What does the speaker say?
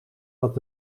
dat